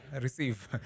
receive